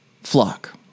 flock